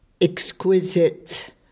exquisite